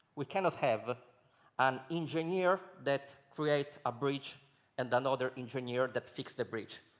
we cannot have an engineer that creates a bridge and another engineer that fixes the bridge.